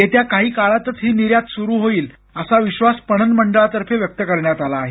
येत्या काही काळातच ही निर्यात सुरू होईल असा विश्वास पणन मंडळातर्फे व्यक्त करण्यात आला आहे